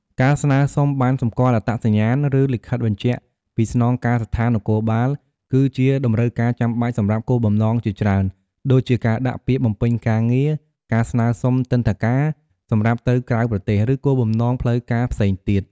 ការស្នើសុំ ប័ណ្ណសម្គាល់អត្តសញ្ញាណ ឬលិខិតបញ្ជាក់ពីស្នងការដ្ឋាននគរបាល គឺជាតម្រូវការចាំបាច់សម្រាប់គោលបំណងជាច្រើន ដូចជាការដាក់ពាក្យបំពេញការងារ ការស្នើសុំទិដ្ឋាការ សម្រាប់ទៅក្រៅប្រទេស ឬគោលបំណងផ្លូវការផ្សេងទៀត។